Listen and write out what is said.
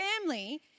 family